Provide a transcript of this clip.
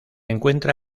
encuentra